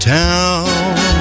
town